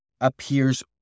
appears